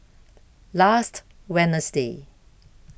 last Wednesday